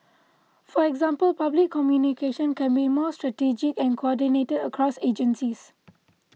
for example public communication can be more strategic and coordinated across agencies